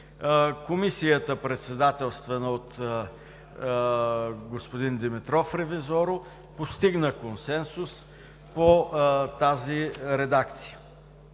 Комисията, председателствана от господин Димитров-Ревизоро, постигна консенсус по тази редакция.